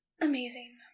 amazing